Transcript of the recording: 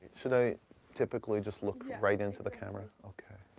should i typically just look right into the camera? okay.